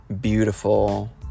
beautiful